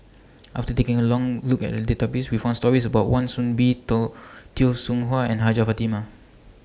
after taking A Long Look At The Database We found stories about Wan Soon Bee to Teo Soon Chuan and Hajjah Fatimah